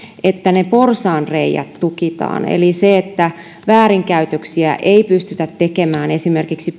että ne porsaanreiät tukitaan eli että väärinkäytöksiä ei pystytä tekemään esimerkiksi